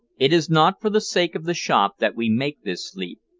it is not for the sake of the shop that we make this leap,